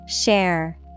Share